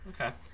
Okay